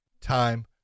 time